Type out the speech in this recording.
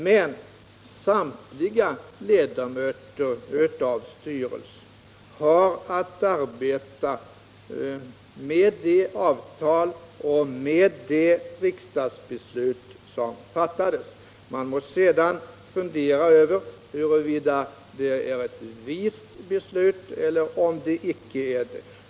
Men samtliga ledamöter i styrelsen har att arbeta enligt det avtal som har träffats och det riksdagsbeslut som har fattats. Man må sedan fundera över huruvida det är ett vist beslut eller inte.